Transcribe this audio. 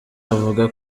avuga